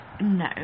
No